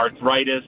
Arthritis